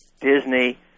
Disney